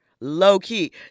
Low-key